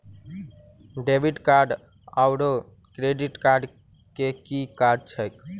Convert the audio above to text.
Debit card आओर credit card केँ की काज छैक?